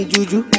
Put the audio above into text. Juju